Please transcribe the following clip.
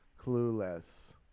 Clueless